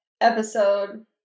episode